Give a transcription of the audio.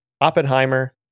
Oppenheimer